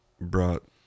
brought